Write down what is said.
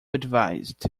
advised